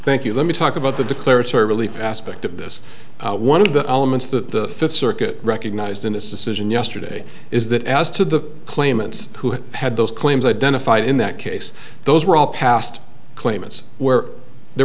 thank you let me talk about the declaratory relief aspect of this one of the elements of the fifth circuit recognized in this decision yesterday is that as to the claimants who had those claims identified in that case those were all past claimants where there